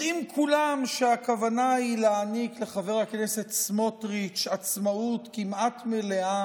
יודעים כולם שהכוונה היא להעניק לחבר הכנסת סמוטריץ' עצמאות כמעט מלאה